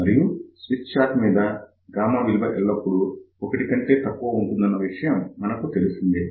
మరియు Smith chart మీద gamma విలువ ఎల్లప్పుడు ఒకటి కంటే తక్కువ ఉంటుందన్న విషయం మనకు తెలిసిందే